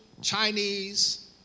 Chinese